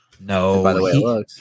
No